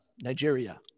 Nigeria